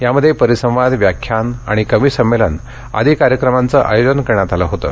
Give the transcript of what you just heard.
यामध्ये परिसंवाद व्याख्यान आणि कवी संमेलन आदी कार्यक्रमांच आयोजन करण्यात आलं होतं